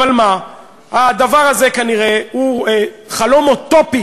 אבל מה, הדבר הזה כנראה הוא חלום אוטופי